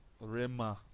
Rema